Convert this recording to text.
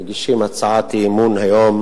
מגישים הצעת אי-אמון היום